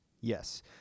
yes